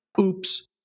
oops